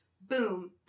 boom